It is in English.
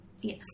Yes